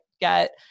get